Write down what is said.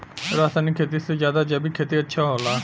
रासायनिक खेती से ज्यादा जैविक खेती अच्छा होला